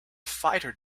fighter